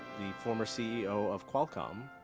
the former ceo of qualcomm